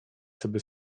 sobie